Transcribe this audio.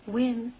Win